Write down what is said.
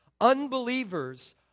Unbelievers